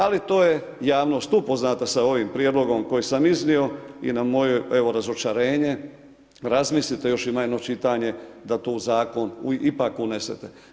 Ali to je javnost upoznata sa ovim prijedlogom koji sam iznio i na moje evo razočaranje, razmislite, još ima jedno čitanje da to u zakon ipak unesete.